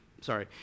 sorry